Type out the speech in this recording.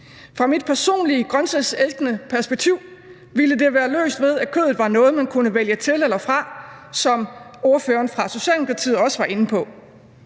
fra mit personlige grøntsagselskende perspektiv ville det være løst ved, at kødet var noget, man kunne vælge til eller fra, som ordføreren fra Socialdemokratiet også var inde på.